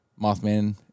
Mothman